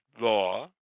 Law